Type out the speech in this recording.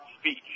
speech